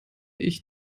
ich